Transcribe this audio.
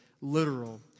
literal